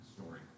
story